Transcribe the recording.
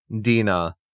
Dina